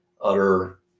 utter